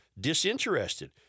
disinterested